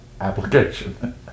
application